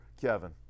Kevin